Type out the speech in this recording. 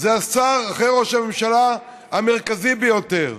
אחרי ראש הממשלה זה השר המרכזי ביותר.